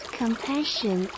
compassion